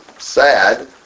sad